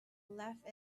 left